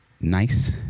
nice